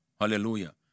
Hallelujah